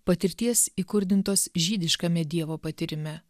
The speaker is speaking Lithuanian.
patirties įkurdintos žydiškame dievo patyrime